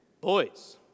boys